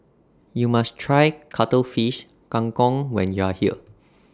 YOU must Try Cuttlefish Kang Kong when YOU Are here